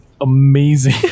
amazing